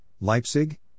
Leipzig